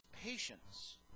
patience